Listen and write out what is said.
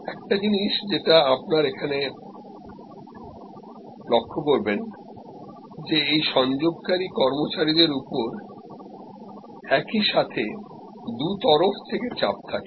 একটা জিনিস যেটা আপনারা এখানে লক্ষ্য করবেন যে এই সংযোগকারী কর্মচারীদের উপর একই সাথে দুতরফা চাপ থাকে